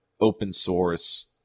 open-source